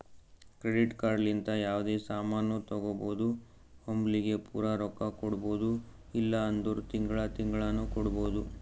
credit card ಲಿಂತ ಯಾವ್ದೇ ಸಾಮಾನ್ ತಗೋಬೋದು ಒಮ್ಲಿಗೆ ಪೂರಾ ರೊಕ್ಕಾ ಕೊಡ್ಬೋದು ಇಲ್ಲ ಅಂದುರ್ ತಿಂಗಳಾ ತಿಂಗಳಾನು ಕೊಡ್ಬೋದು